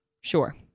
sure